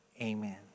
Amen